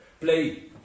play